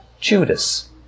Judas